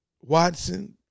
Watson